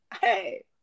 Hey